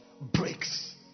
breaks